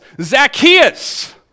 Zacchaeus